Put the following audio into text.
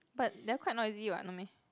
but they're quite noisy [what] no meh